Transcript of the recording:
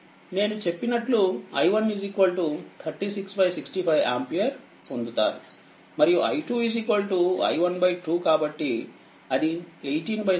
నేనుచెప్పినట్లు i13665 ampere పొందుతారుమరియుi2i12 కాబట్టిఅది1865 ampere